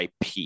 IP